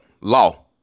law